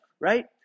right